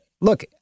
look